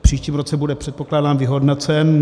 V příštím roce bude, předpokládám, vyhodnocen.